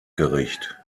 gericht